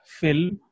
film